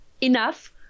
enough